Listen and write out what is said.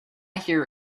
hear